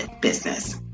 business